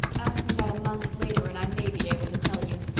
ask me that a month later and i may be able to tell you.